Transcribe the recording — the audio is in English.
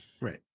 right